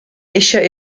eisiau